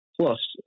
Plus